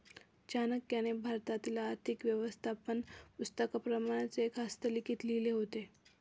चाणक्याने भारतातील आर्थिक व्यवस्थापन पुस्तकाप्रमाणेच एक हस्तलिखित लिहिले होते